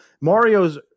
Mario's